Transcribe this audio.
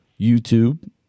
YouTube